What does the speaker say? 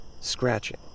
Scratching